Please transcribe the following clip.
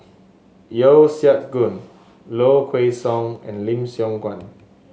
Yeo Siak Goon Low Kway Song and Lim Siong Guan